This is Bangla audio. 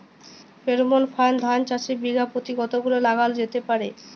ফ্রেরোমন ফাঁদ ধান চাষে বিঘা পতি কতগুলো লাগানো যেতে পারে?